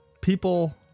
people